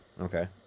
okay